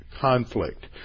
conflict